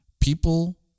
People